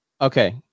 okay